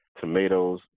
tomatoes